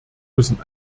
müssen